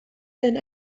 den